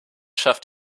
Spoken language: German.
schafft